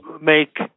make